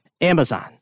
Amazon